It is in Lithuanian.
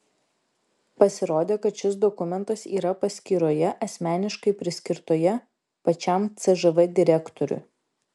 pasirodė kad šis dokumentas yra paskyroje asmeniškai priskirtoje pačiam cžv direktoriui